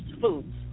foods